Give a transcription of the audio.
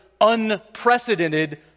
unprecedented